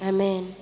Amen